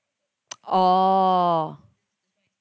oh